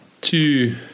two